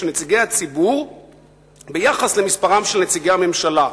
של נציגי הציבור ביחס למספרם של נציגי הממשלה.